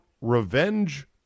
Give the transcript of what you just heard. revenge